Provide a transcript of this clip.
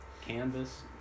canvas